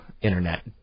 internet